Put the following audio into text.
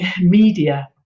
media